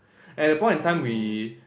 at that point of time we